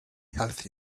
health